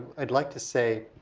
i'd like to say.